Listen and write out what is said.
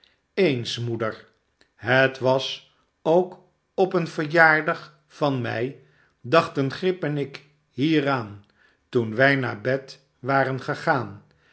eens moeder het was ook op een verjaardag van mij dachten grip en ik hieraan toen wij naar bed waren gegaan